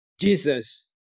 Jesus